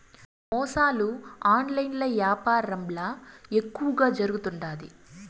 మోసాలు ఆన్లైన్ యాపారంల ఎక్కువగా జరుగుతుండాయి